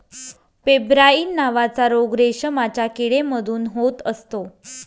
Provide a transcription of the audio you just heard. pebrine नावाचा रोग रेशमाच्या किडे मध्ये होत असतो